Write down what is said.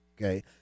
Okay